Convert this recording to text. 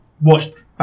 watched